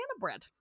bread